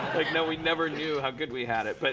like, no we never knew how good we had it. but